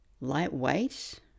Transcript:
lightweight